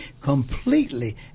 completely